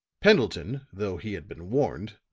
pendleton, though he had been warned,